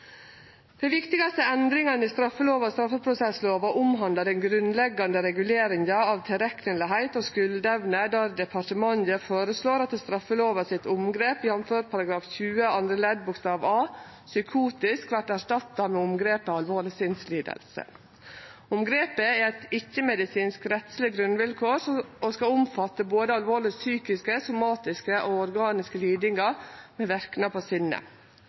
Dei viktigaste endringane i straffelova og straffeprosesslova omhandlar den grunnleggjande reguleringa av å vere tilrekneleg og å ha skuldevne der departementet foreslår at straffelovas omgrep, jf. § 20 andre ledd bokstav a «psykotisk» vert erstatta med omgrepet «alvorleg sinnslidelse». Omgrepet er eit ikkje-medisinsk, rettsleg grunnvilkår og skal omfatte både alvorleg psykiske, somatiske og organiske lidingar med verknader på sinnet.